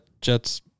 Jets